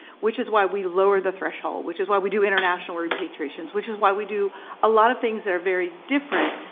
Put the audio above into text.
which is why we lowered the threshold, which is why we do international repatriations, which is why we do a lot of things that are very different,